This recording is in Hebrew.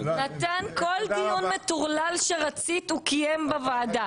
כל דיון מטורלל שרצית הוא קיים בוועדה.